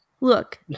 Look